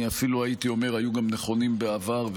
אני אפילו הייתי אומר: היו נכונים בעבר,